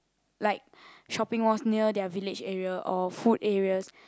like shopping malls near their village area or food areas